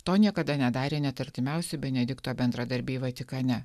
to niekada nedarė net artimiausi benedikto bendradarbiai vatikane